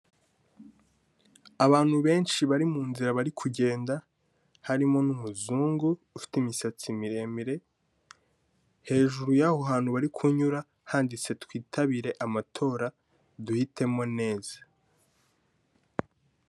Abantu benshi bari mu nzira bari kugenda harimo n'umuzungu ufite imisatsi miremire, hejuru y'aho hantu bari kunyura handitse twitabire amatora duhitemo neza.